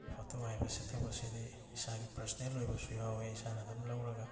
photo ꯍꯥꯏꯕꯁꯤꯗꯕꯨ ꯑꯁꯤꯗꯤ ꯏꯁꯥꯒꯤ ꯄꯔꯁꯣꯅꯦꯜ ꯑꯣꯏꯕꯁꯨ ꯌꯥꯎꯋꯦ ꯏꯁꯥꯅ ꯑꯗꯨꯝ ꯂꯧꯔꯒ